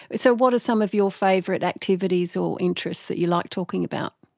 so what are some of your favourite activities or interests that you like talking about?